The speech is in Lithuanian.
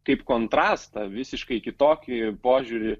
kaip kontrastą visiškai kitokį požiūrį